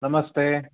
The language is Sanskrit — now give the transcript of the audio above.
नमस्ते